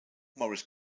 morris